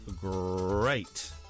great